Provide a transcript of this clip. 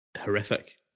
Horrific